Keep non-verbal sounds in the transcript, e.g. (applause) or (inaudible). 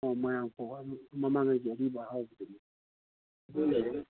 ꯑꯣ ꯃꯣꯏꯔꯥꯡ ꯐꯧ ꯃꯃꯥꯡꯉꯩꯒꯤ ꯑꯔꯤꯕ ꯑꯍꯥꯎꯕꯗꯨꯅꯤ (unintelligible)